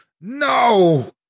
No